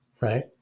right